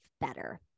better